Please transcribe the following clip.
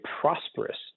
prosperous